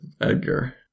Edgar